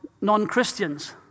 non-Christians